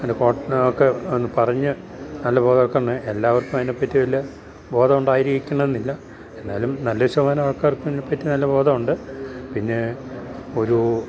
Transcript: അതിൻ്റെ ഒക്കെ ഒന്ന് പറഞ്ഞ് നല്ല ബോധവൽക്കരണം എല്ലാവർക്കും അതിനെപ്പറ്റി വലിയ ബോധമുണ്ടായിരിക്കണമെന്നില്ല എന്നാലും നല്ലൊരു ശതമാനമാൾക്കാർക്കും അതിനെപ്പറ്റി നല്ല ബോധമുണ്ട് പിന്നെയൊരു